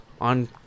on